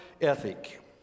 ethic